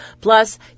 Plus